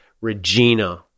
Regina